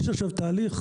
יש עכשיו תהליך,